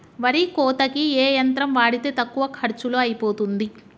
వరి కోతకి ఏ యంత్రం వాడితే తక్కువ ఖర్చులో అయిపోతుంది?